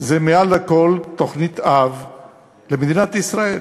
זה מעל הכול תוכנית-אב למדינת ישראל,